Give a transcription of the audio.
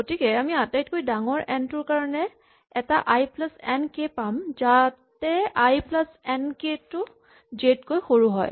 গতিকে আমি আটাইতকৈ ডাঙৰ এন টোৰ কাৰণে এটা আই প্লাচ এন কে পাম যাতে আই প্লাচ এন কে টো জে তকৈ সৰু হয়